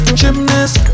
gymnast